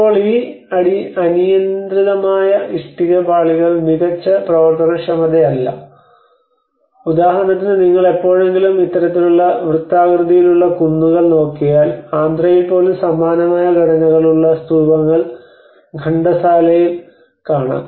ഇപ്പോൾ ഈ അനിയന്ത്രിതമായ ഇഷ്ടികപാളികൾ മികച്ച പ്രവർത്തനക്ഷമതയല്ല ഉദാഹരണത്തിന് നിങ്ങൾ എപ്പോഴെങ്കിലും ഇത്തരത്തിലുള്ള വൃത്താകൃതിയിലുള്ള കുന്നുകൾ നോക്കിയാൽ ആന്ധ്രയിൽ പോലും സമാനമായ ഘടനകളുള്ള സ്തൂപങ്ങൾ ഘണ്ടസാലയിൽ കാണാം